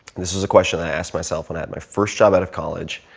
this is a question that i ask myself when i had my first job out of college.